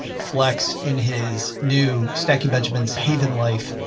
flex in his new stacking benjamins haven life.